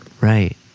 Right